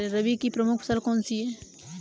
रबी की प्रमुख फसल कौन सी है?